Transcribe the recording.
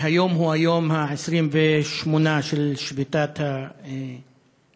היום הוא היום ה-28 של שביתת האסירים,